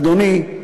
אדוני,